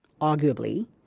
arguably